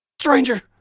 Stranger